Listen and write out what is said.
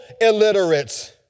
illiterates